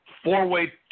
four-way